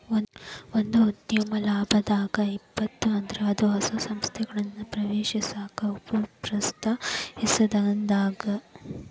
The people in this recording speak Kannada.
ಒಂದ ಉದ್ಯಮ ಲಾಭದಾಗ್ ಇತ್ತಪ ಅಂದ್ರ ಅದ ಹೊಸ ಸಂಸ್ಥೆಗಳನ್ನ ಪ್ರವೇಶಿಸಾಕ ಪ್ರೋತ್ಸಾಹಿಸಿದಂಗಾಗತ್ತ